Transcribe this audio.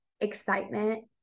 excitement